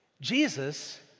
Jesus